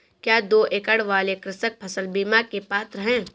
क्या दो एकड़ वाले कृषक फसल बीमा के पात्र हैं?